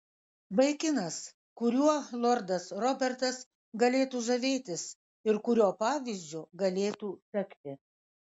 vaikinas kuriuo lordas robertas galėtų žavėtis ir kurio pavyzdžiu galėtų sekti